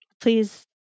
Please